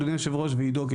אדוני היושב-ראש ועידו,